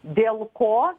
dėl ko